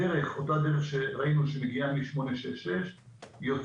הדרך אותה דרך שראינו שמגיעה מכביש 866 יוצאת